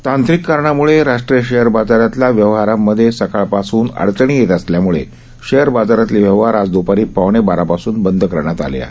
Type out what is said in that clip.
तांत्रिक कारणामुळे राष्ट्रीय शेअर बाजारातल्या व्यवहारांमध्ये सकाळपासून अडचणी येत असल्यामुळे शेअर बाजारातले व्यवहार आज दपारी पावणे बारापासून बंद करण्यात आले आहेत